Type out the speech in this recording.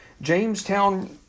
Jamestown